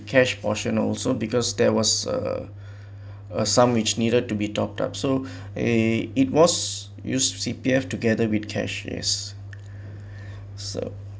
cash portion also because there was a assam which needed to be topped up so eh itc P_P_F together with cash yes so